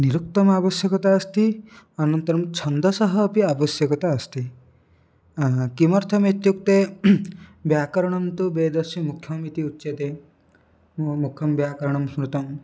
निरुक्तस्य आवश्यकता अस्ति अनन्तरं छन्दसः अपि आवश्यकता अस्ति किमर्थमित्युक्ते व्याकरणं तु वेदस्य मुख्यम् इति उच्यते मु मुख्यं व्याकरणं स्मृतम्